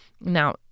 Now